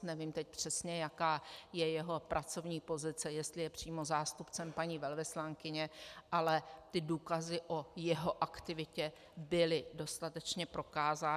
Nevím teď přesně, jaká je jeho pracovní pozice, jestli je přímo zástupcem paní velvyslankyně, ale důkazy o jeho aktivitě byly dostatečně prokázány.